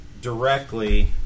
directly